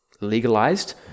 legalized